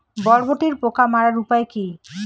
বরবটির পোকা মারার উপায় কি?